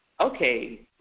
okay